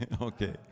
Okay